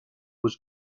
was